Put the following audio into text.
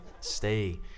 stay